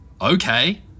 Okay